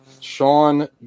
Sean